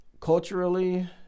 Culturally